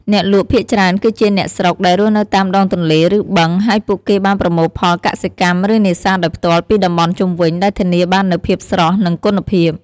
អ្នកលក់ភាគច្រើនគឺជាអ្នកស្រុកដែលរស់នៅតាមដងទន្លេ ឬបឹង ហើយពួកគេបានប្រមូលផលកសិកម្ម ឬនេសាទដោយផ្ទាល់ពីតំបន់ជុំវិញ ដែលធានាបាននូវភាពស្រស់ និងគុណភាព។